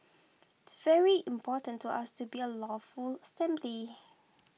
it's very important to us to be a lawful assembly